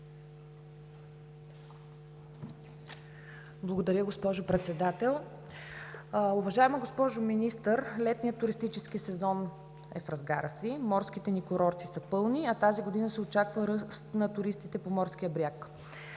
Благодаря, госпожо Председател! Уважаема госпожо Министър, летният туристически сезон е в разгара си, морските ни курорти са пълни, а тази година се очаква ръст на туристите по морския бряг.